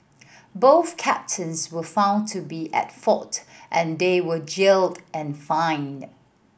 both captains were found to be at fault and they were jailed and fined